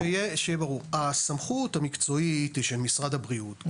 שיהיה ברור: הסמכות המקצועית היא של משרד הבריאות.